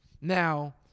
Now